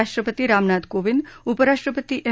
राष्ट्रपती रामनाथ कोविंद उपराष्ट्रपती एम